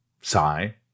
sigh